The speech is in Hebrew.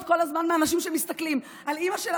כל הזמן מאנשים שמסתכלים על אימא שלה,